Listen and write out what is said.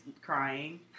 crying